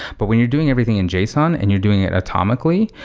but when you're doing everything in json and you're doing it atomically,